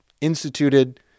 instituted